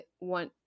want